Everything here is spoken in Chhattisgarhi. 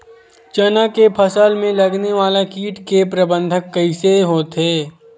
चना के फसल में लगने वाला कीट के प्रबंधन कइसे होथे?